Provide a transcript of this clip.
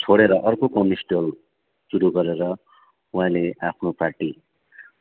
छोडेर अर्को कम्युनिस्ट दल सुरु गरेर उहाँले आफ्नो पार्टी